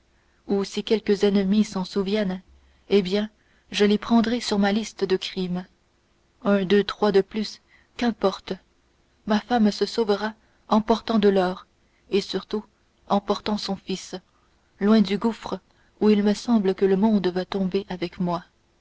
ou si quelques ennemis s'en souviennent eh bien je les prendrai sur ma liste de crimes un deux trois de plus qu'importe ma femme se sauvera emportant de l'or et surtout emportant son fils loin du gouffre où il me semble que le monde va tomber avec moi